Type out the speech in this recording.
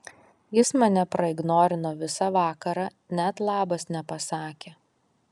jis mane praignorino visą vakarą net labas nepasakė